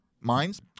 mine's